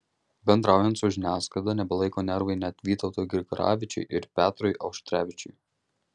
bendraujant su žiniasklaida nebelaiko nervai net vytautui grigaravičiui ir petrui auštrevičiui